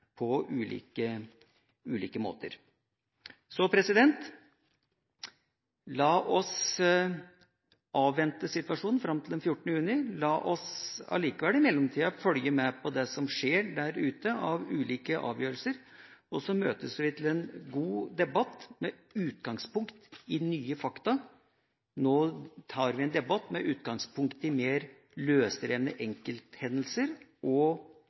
på ulike måter. La oss avvente situasjonen fram til den 14. juni, men la oss i mellomtida likevel følge med på det som skjer der ute av ulike avgjørelser, og så møtes vi til en god debatt, med utgangspunkt i nye fakta. Nå har vi en debatt med utgangspunkt i mer løsrevne enkelthendelser og